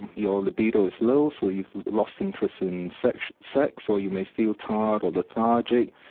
your libido is low, so you've lost interest in sex sex or you may feel tired or lethargic.